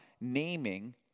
naming